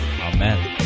Amen